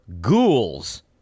ghouls